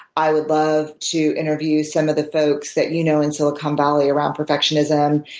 i would love to interview some of the folks that you know in silicon valley around perfectionism,